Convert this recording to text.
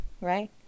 right